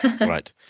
Right